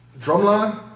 Drumline